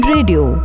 Radio